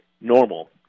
normal